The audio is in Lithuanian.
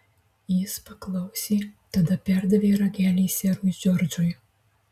jis paklausė tada perdavė ragelį serui džordžui